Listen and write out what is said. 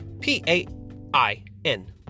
P-A-I-N